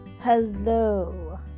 hello